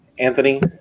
Anthony